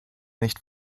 nicht